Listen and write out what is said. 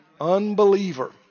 unbeliever